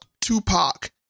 Tupac